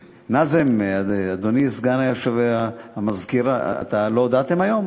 נאזם, אדוני סגן המזכירה, לא הודעתם היום